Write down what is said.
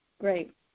Great